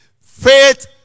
Faith